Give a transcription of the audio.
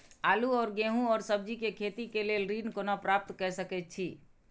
आलू और गेहूं और सब्जी के खेती के लेल ऋण कोना प्राप्त कय सकेत छी?